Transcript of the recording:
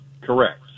Correct